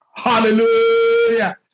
Hallelujah